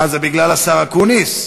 מה, זה בגלל השר אקוניס?